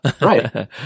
Right